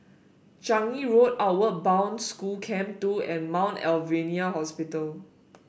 Changi Road Outward Bound School Camp Two and Mount Alvernia Hospital